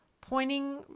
pointing